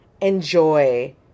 enjoy